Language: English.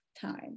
time